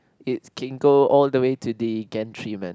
it can go all the way to the gantry man